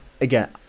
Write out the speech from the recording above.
again